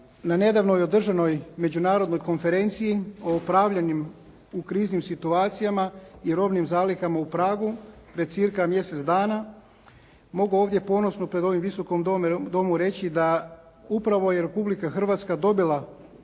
na nedavnoj održanoj međunarodnoj konferenciji o upravljanju u kriznim situacijama i robnim zalihama u Pragu, pred cca. mjesec dana, mogu ovdje ponosno pred ovim Visokim domu reći da upravo je Republika Hrvatska dobila